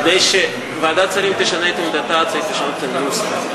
כדי שוועדת שרים תשנה את עמדתה צריך לשנות את הנוסח.